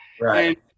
Right